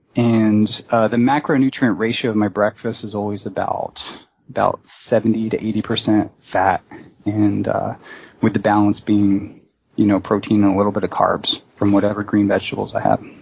and the macronutrient ratio of my breakfast is always about about seventy to eighty percent fat and with the balance being you know protein and a little bit of carbs from whatever green vegetables i have.